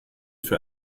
für